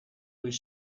was